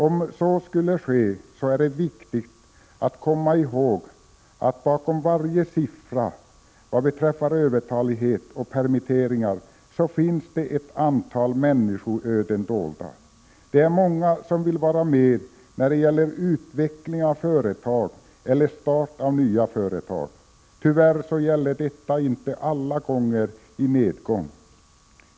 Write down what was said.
Om så skulle ske, är det viktigt att komma ihåg att bakom varje siffra för övertalighet och permitteringar finns ett antal människoöden dolda. Det är många som vill vara med när det gäller utveckling av företag eller start av nya. Tyvärr gäller detta inte alltid i nedgång.